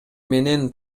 менен